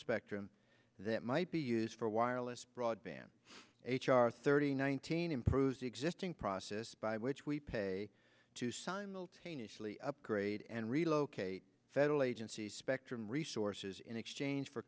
spectrum that might be used for wireless broadband h r thirty nineteen improves the existing process by which we pay to simultaneously upgrade and relocate federal agencies spectrum resources in exchange for